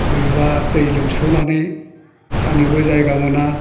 बबेबा दै लोमसावनानै खानोबो जायगा मोना